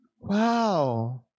Wow